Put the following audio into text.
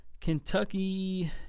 Kentucky